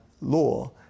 law